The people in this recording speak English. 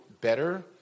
better